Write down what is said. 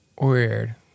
Weird